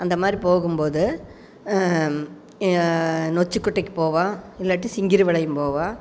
அந்தமாதிரி போகும்போது நொச்சிகுட்டைக்கு போவோம் இல்லாட்டி சிங்கிரிபாளையம் போவோம்